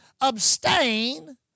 Abstain